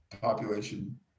population